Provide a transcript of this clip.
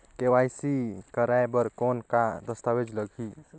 KYC कराय बर कौन का दस्तावेज लगही?